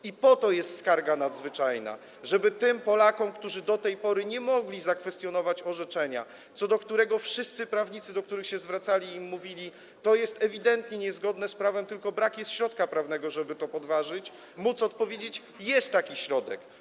I po to jest skarga nadzwyczajna, żeby tym Polakom, którzy do tej pory nie mogli zakwestionować orzeczenia, co do którego wszyscy prawnicy, do których się zwracali, mówili im, że to jest ewidentnie niezgodne z prawem, tylko brak jest środka prawnego, żeby to podważyć, móc powiedzieć, że jest taki środek.